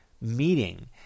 meeting